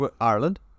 Ireland